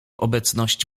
obecność